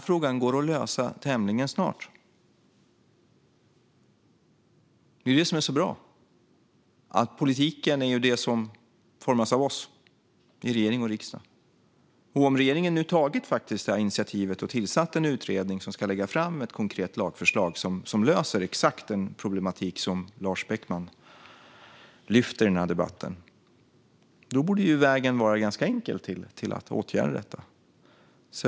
Frågan går att lösa tämligen snart; det är det som är så bra! Politiken är det som formas av oss i regering och riksdag. Om regeringen nu har tagit detta initiativ och tillsatt en utredning som ska lägga fram ett konkret lagförslag som löser exakt den problematik som Lars Beckman lyfter i den här debatten borde vägen vara ganska enkel till att åtgärda detta.